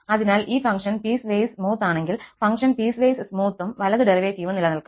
അതിനാൽ ഈ function piecewise smooth ആണെങ്കിൽ ഫംഗ്ഷൻ പീസ്വൈസ് സ്മൂത്തും വലതു ഡെറിവേറ്റീവും നിലനിൽക്കും